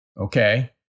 okay